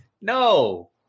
no